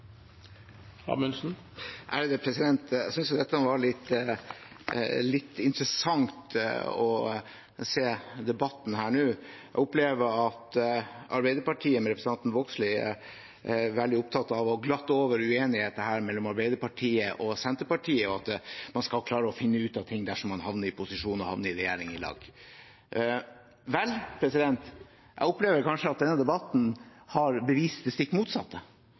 Vågslid, er veldig opptatt av å glatte over uenigheter mellom Arbeiderpartiet og Senterpartiet – at man skal klare å finne ut av ting dersom man havner i posisjon og havner i regjering i lag. Jeg opplever kanskje at denne debatten har bevist det stikk motsatte.